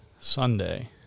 Sunday